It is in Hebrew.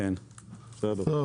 טוב.